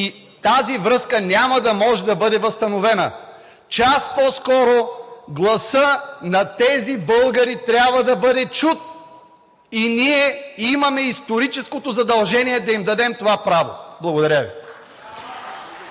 и тази връзка няма да може да бъде възстановена. Час по-скоро гласът на тези българи трябва да бъде чут и ние имаме историческото задължение да им дадем това право. Благодаря Ви.